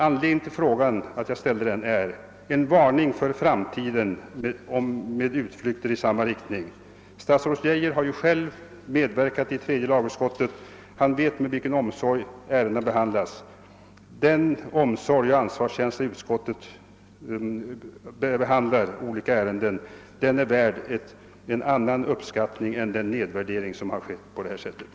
Anledningen till att jag ställde frågan är att jag vill varna för utflykter i samma riktning i framtiden. Statsrådet Geijer har själv medverkat i tredje lagutskottet. Han vet därför med vilken omsorg ärendena behandlas där; den omsorgen är värd en annan uppskattning än den nedvärdering som nu har gjorts.